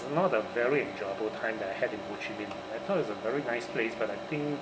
not a very enjoyable time that I had in ho chi minh I thought it was a very nice place but I think